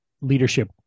leadership